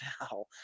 now